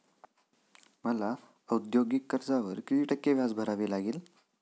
मला औद्योगिक कर्जावर किती टक्के व्याज भरावे लागेल?